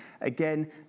again